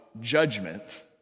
judgment